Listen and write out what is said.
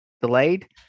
delayed